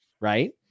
Right